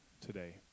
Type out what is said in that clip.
today